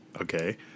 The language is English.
Okay